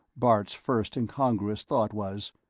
bart's first incongruous thought was,